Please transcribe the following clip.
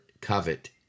covet